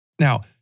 Now